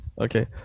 Okay